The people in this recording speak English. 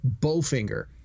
Bowfinger